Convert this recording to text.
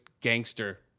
gangster